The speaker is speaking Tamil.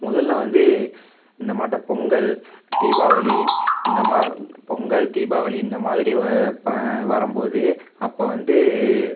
முதலில் வந்து இந்தமாட்ட பொங்கல் தீபாவளி இந்தமா பொங்கல் தீபாவளி இந்தமாதிரி வரம் போது அப்போ வந்து